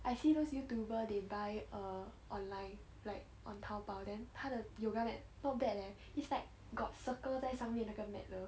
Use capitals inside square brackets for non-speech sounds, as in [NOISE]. I see those youtuber they buy err online like on 淘宝 then 他的 yoga mat not bad leh [BREATH] it's like got circle 在上面那个 mat 的